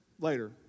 later